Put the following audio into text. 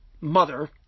mother